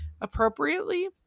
appropriately